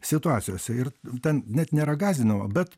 situacijose ir ten net nėra gąsdinama bet